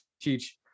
teach